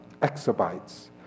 exabytes